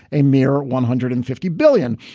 a mere one hundred and fifty billion.